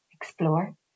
explore